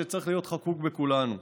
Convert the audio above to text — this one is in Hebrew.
שצריך להיות חקוק בכולנו: